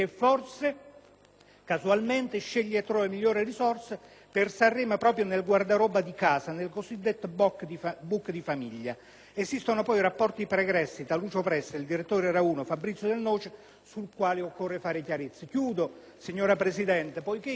casualmente, sceglie e trova le migliori risorse per Sanremo proprio nel guardaroba di casa, nel cosiddetto *book* di famiglia. Esistono poi rapporti pregressi tra Lucio Presta ed il direttore di Raiuno Fabrizio Del Noce, sui quali occorre fare chiarezza. Signora Presidente, siccome sono tra quei